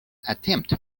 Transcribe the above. attempt